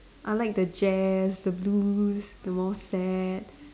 I like the jazz the blues the more sad